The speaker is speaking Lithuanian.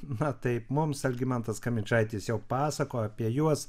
na taip mums algimantas kamičaitis jau pasakojo apie juos